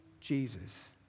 Jesus